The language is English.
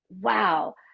wow